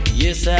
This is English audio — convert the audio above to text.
yes